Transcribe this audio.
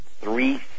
three